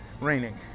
raining